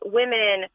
women